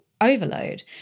overload